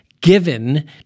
given